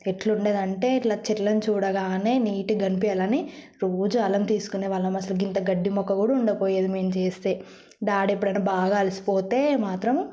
ఎట్లున్నది అంటే ఇట్ల చెట్లను చూడగానే నీట్గా కనిపియాలని రోజు అల్లం తీసుకునే వాళ్ళం అసలు ఇంత గడ్డి మొక్క కూడా ఉండకపోయేది మేము చేస్తే డాడీ ఎప్పుడైనా బాగా అలసిపోతే మాత్రం